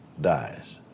dies